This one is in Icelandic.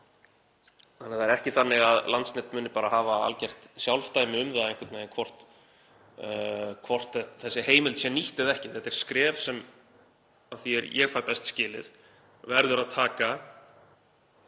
Þannig að það er ekki þannig að Landsnet muni bara hafa algjört sjálfdæmi um það einhvern veginn hvort þessi heimild sé nýtt eða ekki. Þetta er skref sem verður, að því er ég fæ best skilið, að taka